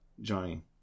Johnny